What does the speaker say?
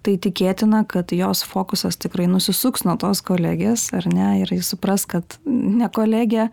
tai tikėtina kad jos fokusas tikrai nusisuks nuo tos kolegės ar ne ir ji supras kad ne kolegė